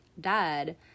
dad